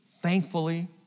Thankfully